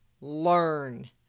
learn